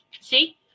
See